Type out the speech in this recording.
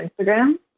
Instagram